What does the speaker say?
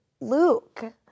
Luke